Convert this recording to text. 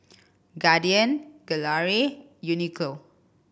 Guardian Gelare Uniqlo